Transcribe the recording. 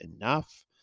enough